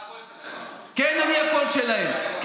כן, אני הקול שלהם.